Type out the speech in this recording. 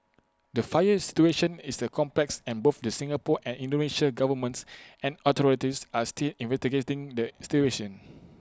the fire situation is the complex and both the Singapore and Indonesia governments and authorities are still investigating the